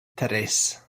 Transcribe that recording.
tres